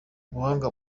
ubuhanga